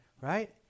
Right